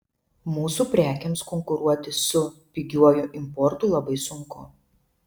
mūsų prekėms konkuruoti su pigiuoju importu labai sunku